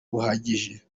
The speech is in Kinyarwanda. buhagije